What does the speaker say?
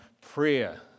prayer